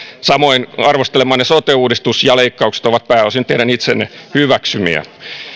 samoin arvostelemanne sote uudistus ja leikkaukset ovat pääosin teidän itsenne hyväksymiä